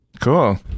cool